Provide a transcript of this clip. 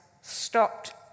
stopped